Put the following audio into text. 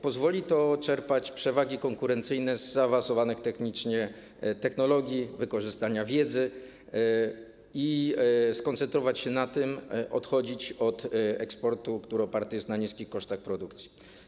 Pozwoli to czerpać przewagi konkurencyjne z zaawansowanych technicznie technologii, z wykorzystania wiedzy i skoncentrować się na tym, natomiast odchodzić od eksportu, który jest oparty na niskich kosztach produkcji.